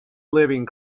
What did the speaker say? living